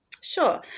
Sure